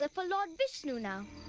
ah for lord vishnu now.